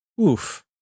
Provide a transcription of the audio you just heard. oof